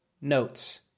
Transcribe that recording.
notes